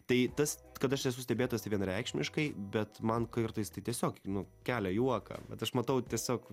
tai tas kad aš esu stebėtojas tai vienareikšmiškai bet man kartais tai tiesiog nu kelia juoką vat aš matau tiesiog